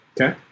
Okay